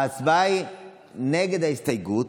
ההצבעה היא נגד ההסתייגות.